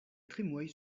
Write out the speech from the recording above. trémoille